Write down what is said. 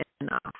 enough